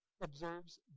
observes